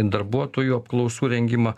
darbuotojų apklausų rengimą